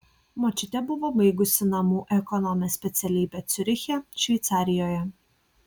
močiutė buvo baigusi namų ekonomės specialybę ciuriche šveicarijoje